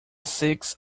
six